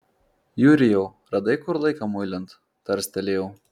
jurijau radai kur laiką muilint tarstelėjau